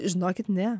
žinokit ne